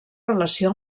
relació